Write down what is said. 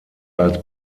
als